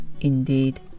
indeed